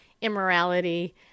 immorality